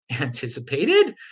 anticipated